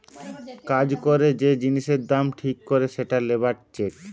কাজ করে যে জিনিসের দাম ঠিক করে সেটা লেবার চেক